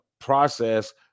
process